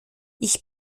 ich